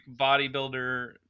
bodybuilder